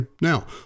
Now